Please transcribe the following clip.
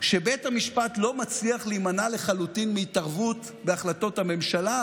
שבית המשפט לא מצליח להימנע לחלוטין מהתערבות בהחלטות הממשלה